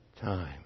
time